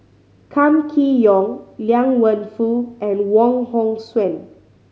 Kam Kee Yong Liang Wenfu and Wong Hong Suen